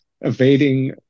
evading